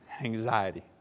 anxiety